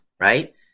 Right